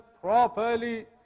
properly